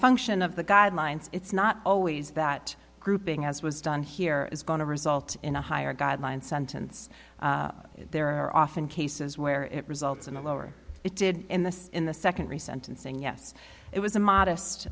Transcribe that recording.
function of the guidelines it's not always that grouping as was done here is going to result in a higher guideline sentence there are often cases where it results in a lower it did in the in the second recent and saying yes it was a modest